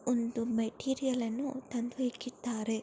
ಒಂದು ಮೆಟೀರಿಯಲನ್ನು ತಂದು ಇಟ್ಟಿದ್ದಾರೆ